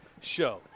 show